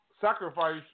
Sacrifice